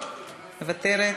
מוותרת,